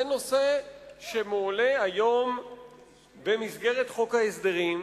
זה נושא שמועלה היום במסגרת חוק ההסדרים,